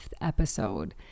episode